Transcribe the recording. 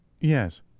Yes